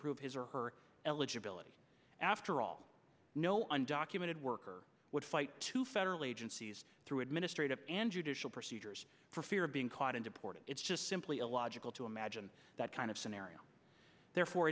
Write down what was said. prove his or her eligibility after all know on documented work or would fight to federal agencies through administrative and judicial procedures for fear of being caught and deported it's just simply illogical to imagine that kind of scenario therefore